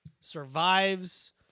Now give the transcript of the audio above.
survives